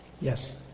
Yes